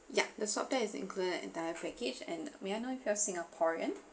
yup the swab test is included entire package and may I know if you are singaporean